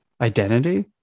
Identity